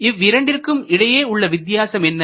இவ்விரண்டிற்கும் இடையே உள்ள வித்தியாசம் என்ன